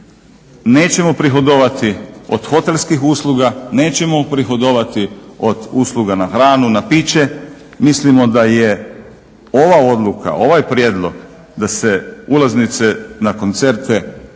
Nećemo prihodovati od hotelskih usluga, nećemo prihodovati od usluga na hranu, na piće. Mislimo da je ova odluka, ovaj prijedlog da se ulaznice za koncerte oporezuju